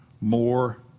more